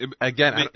again